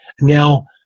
now